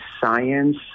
science